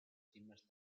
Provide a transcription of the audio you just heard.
cimas